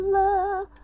love